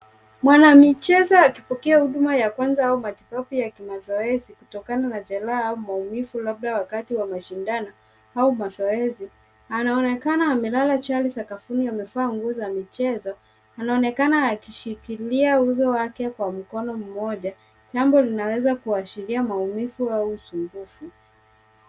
Mwanamichezo akipokea huduma ya kwanza au matibabu ya kimazoezi kutokana na jeraha au maumivu labda wakati wa mashindano au mazoezi. Anaonekana amelala chali sakafuni. Amevaa nguo za michezo. Anaonekana akishikilia uso wake kwa mkono mmoja jambo linaloashiria maumivu au usumbufu.